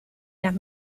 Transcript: las